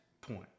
point